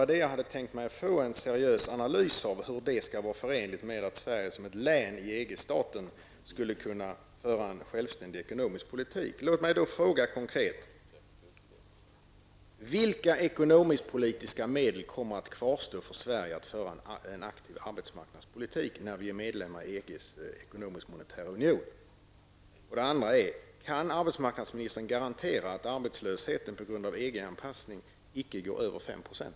Jag hade tänkt att jag skulle få en seriös analys av hur detta skall vara förenligt med att Sverige som ett län i EG-staten skulle kunna föra en självständig ekonomisk politik. Låt mig fråga konkret: Vilka ekonomiskpolitiska medel kommer att kvarstå för Sverige när det gäller att föra en aktiv arbetsmarknadspolitik när Sverige blir medlem i EGs ekonomiskmonetära union? Dessutom vill jag fråga: Kan arbetsmarknadsministern garantera att arbetslösheten på grund av EG-anpassningen icke går över 5 %?